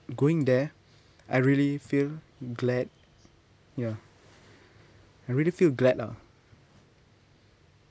going there I really feel glad ya I really feel glad lah